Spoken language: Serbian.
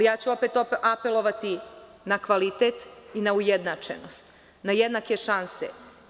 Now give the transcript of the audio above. Opet ću apelovati na kvalitet, na ujednačenost, na jednake šanse.